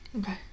Okay